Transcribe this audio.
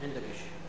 אין דגש.